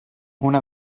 una